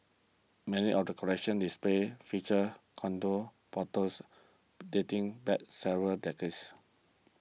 many of the collections display featured contour bottles dating back several decades